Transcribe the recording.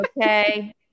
okay